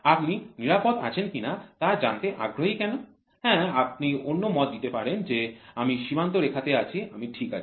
আপনি নিরাপদ আছেন কিনা তা জানতে আগ্রহী কেন হ্যাঁ আপনি অন্য মত দিতে পারেন যে আমি সীমান্ত রেখা তে আছি আমি ঠিক আছি